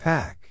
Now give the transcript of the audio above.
Pack